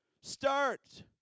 start